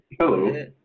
Hello